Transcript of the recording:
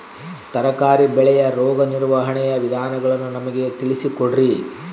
ತರಕಾರಿ ಬೆಳೆಯ ರೋಗ ನಿರ್ವಹಣೆಯ ವಿಧಾನಗಳನ್ನು ನಮಗೆ ತಿಳಿಸಿ ಕೊಡ್ರಿ?